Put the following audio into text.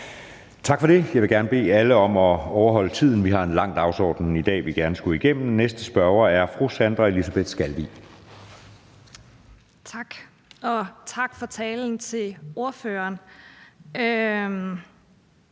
Tak for det. Jeg vil gerne bede alle om at overholde tiden, for vi har i dag en lang dagsorden, vi gerne skulle nå igennem. Den næste spørger er fru Sandra Elisabeth Skalvig. Kl. 12:03 Sandra